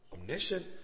omniscient